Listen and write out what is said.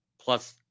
plus